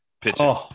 pitching